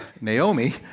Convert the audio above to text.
Naomi